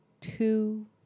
two